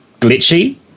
glitchy